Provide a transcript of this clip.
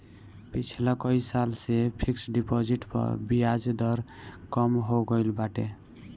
पिछला कई साल से फिक्स डिपाजिट पअ बियाज दर कम हो गईल बाटे